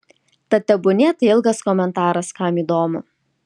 tad tebūnie tai ilgas komentaras kam įdomu